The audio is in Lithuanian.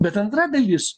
bet antra dalis